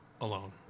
alone